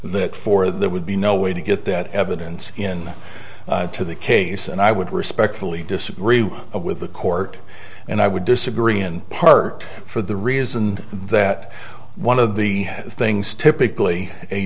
that for there would be no way to get that evidence in to the case and i would respectfully disagree with the court and i would disagree and part for the reason that one of the things typically a